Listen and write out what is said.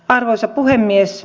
arvoisa puhemies